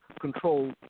control